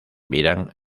miran